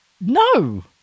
No